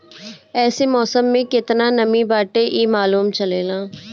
एसे मौसम में केतना नमी बाटे इ मालूम चलेला